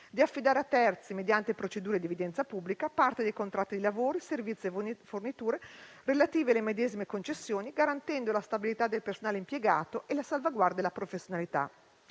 di affidare a terzi, mediante procedure di evidenza pubblica, parte dei contratti di lavori, servizi e forniture relativi alle medesime concessioni, garantendo la stabilità del personale impiegato e la salvaguardia della professionalità.